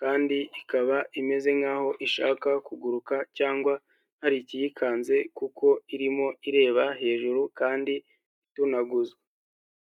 kandi ikaba imeze nkaho ishaka kuguruka cyangwa hari ikiyikanze kuko irimo ireba hejuru kandi itunaguzwa.